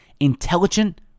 Intelligent